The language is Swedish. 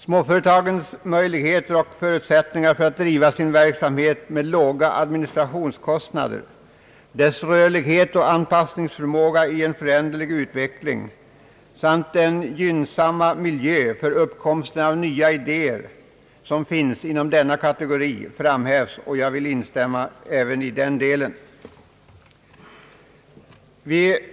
Småföretagens förutsättningar att driva sin verksamhet med låga administrationskostnader, deras rörlighet och anpassningsförmåga i en föränderlig utveckling samt den gynnsamma miljö för uppkomsten av nya idéer som finns inom denna kategori framhävs i propositionen, och jag vill instämma även i den delen.